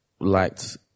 liked